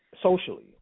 socially